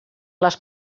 les